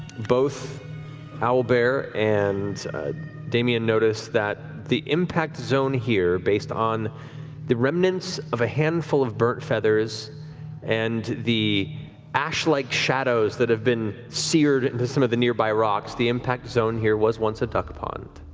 both owlbear and damian notice that the impact zone here based on the remnants of a handful of burnt feathers and the ash like shadows that have been seared into some of the nearby rocks, the impact zone here was once a duck pond.